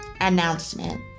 announcement